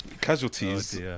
Casualties